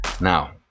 Now